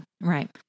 Right